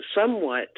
somewhat